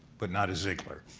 but not a ziegler.